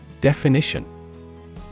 Definition